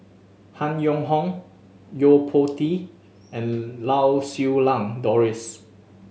Han Yong Hong Yo Po Tee and Lau Siew Lang Doris